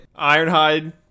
Ironhide